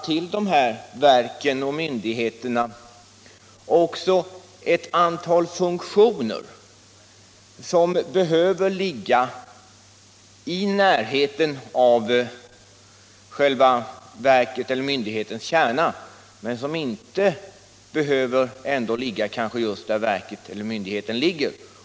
Till dessa verk och myndigheter finns också knutna ett antal funktioner som behöver ligga i närheten av verkets eller myndighetens kärna men som inte behöver ligga precis där verket eller myndigheten ligger.